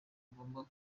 agomba